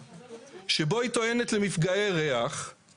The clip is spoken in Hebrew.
שבו היא טוענת למפגעי ריח היא